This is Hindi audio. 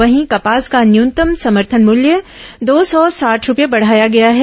वहीं कपास का न्यूनतम समर्थन मूल्य दो सौ साठ रुपये बढ़ाया गया है